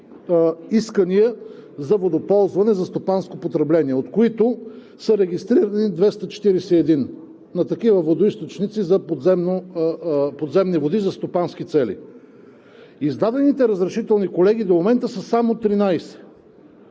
искания за водоползване за стопанско потребление, от които са регистрирани 241 такива водоизточници за подземни води за стопански цели. Издадените разрешителни, колеги, до момента са само 13.